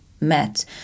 met